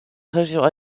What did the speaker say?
région